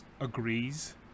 agrees